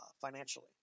financially